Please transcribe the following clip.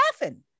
laughing